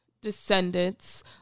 descendants